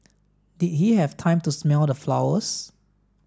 did he have time to smell the flowers